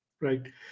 Right